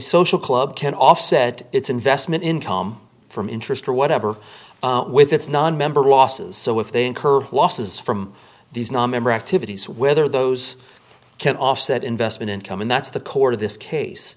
social club can offset its investment income from interest or whatever with its nonmembers losses so if they incur losses from these nonmember activities whether those can offset investment income and that's the core of this case